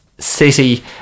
City